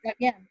again